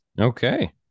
Okay